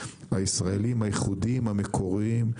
הישראליים הייחודיים המקוריים,